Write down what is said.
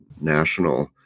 national